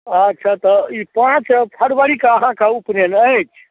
अच्छा तऽ ई पाँच फरवरीकेँ अहाँकेँ उपनयन अछि